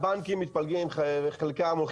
לוקחים גם מ-D&B וגם מ-BDI.